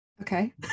okay